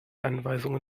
anweisungen